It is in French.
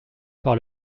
par